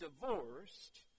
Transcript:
divorced